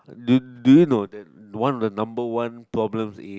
did did you know that one of the number one problem in